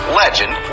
legend